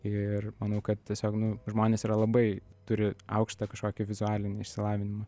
ir manau kad tiesiog nu žmonės yra labai turi aukštą kažkokį vizualinį išsilavinimą